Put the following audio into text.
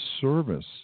service